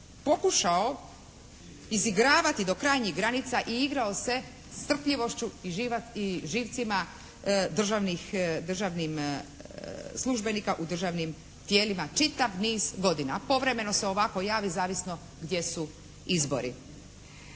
pokušao izigravati do krajnjih granica i igrao se strpljivošću i živcima državnih službenika u državnim tijelima čitav niz godina. A povremeno se ovako javi zavisno gdje su izbori.